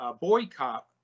boycott